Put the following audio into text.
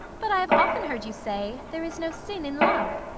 but i have often heard you say, there is no sin in love.